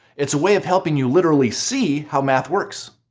it's a way of helping you literally see how math works.